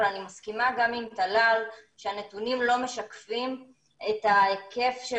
אבל אני גם מסכימה עם טלל שהנתונים לא משקפים את ההיקף של